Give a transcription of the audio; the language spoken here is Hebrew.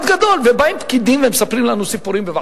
עובדי קבלן הם הציבור המוחלש ביותר בחברה הישראלית,